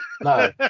No